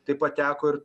taip pat teko ir